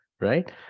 right